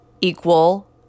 Equal